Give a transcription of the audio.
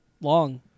long